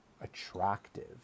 attractive